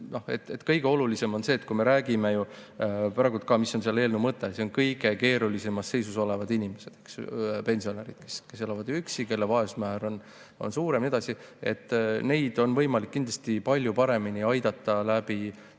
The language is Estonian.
kõige olulisem on see, me räägime ju praegu ka, mis on selle eelnõu mõte – see on aidata kõige keerulisemas seisus olevaid inimesi, pensionäre, kes elavad üksi, kelle vaesuse määr on suur ja nii edasi. Neid on võimalik kindlasti palju paremini aidata